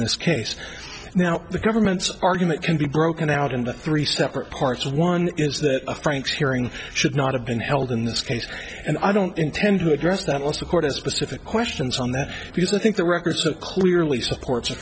this case now the government's argument can be broken out in three separate parts one is that frank's hearing should not have been held in this case and i don't intend to address that once the court has specific questions on that because i think the record so clearly supports